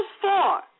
four